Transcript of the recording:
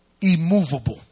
immovable